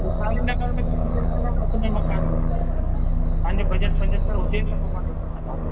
वैशाली नगर में त पंजहतरि लख खपंदई मकान में तव्हांजो बजट पंजहतरि हुजे त पोइ मां ॾेखारणु हलां